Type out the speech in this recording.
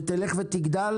שתלך ותגדל